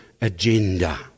agenda